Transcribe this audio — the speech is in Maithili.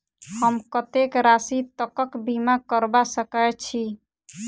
हम कत्तेक राशि तकक बीमा करबा सकै छी?